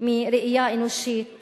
מראייה אנושית